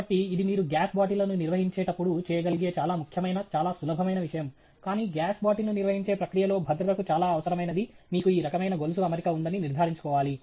కాబట్టి ఇది మీరు గ్యాస్ బాటిళ్లను నిర్వహించేటప్పుడు చేయగలిగే చాలా ముఖ్యమైన చాలా సులభమైన విషయం కానీ గ్యాస్ బాటిల్ను నిర్వహించే ప్రక్రియలో భద్రతకు చాలా అవసరమైనది మీకు ఈ రకమైన గొలుసు అమరిక ఉందని నిర్ధారించుకోవాలి